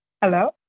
Hello